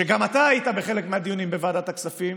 גם אתה היית בחלק מהדיונים בוועדת הכספים,